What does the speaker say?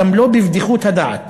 גם לא בבדיחות הדעת".